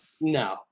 No